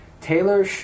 Taylor